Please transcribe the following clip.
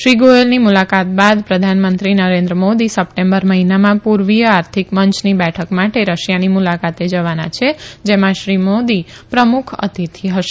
શ્રી ગોયલની મુલાકાત બાદ પ્રધાનમંત્રી નરેન્દ્ર મોદી સપોમ્બર મહિનામાં પુર્વીય આર્થિક મંચની બેઠક માતે રશિયાની મુલાકાતે જવાના છે જેમાં શ્રી મોદી પ્રમુખ અતિથી હશે